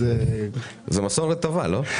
זאת מסורת טובה, לא?